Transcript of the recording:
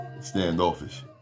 standoffish